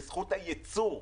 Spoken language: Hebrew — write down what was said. בזכות הייצור,